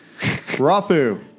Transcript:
Rafu